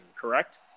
correct